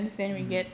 mm